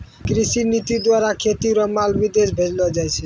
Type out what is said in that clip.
कृषि नीति द्वारा खेती रो माल विदेश भेजलो जाय छै